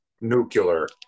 nuclear